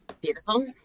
beautiful